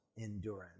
endurance